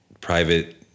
private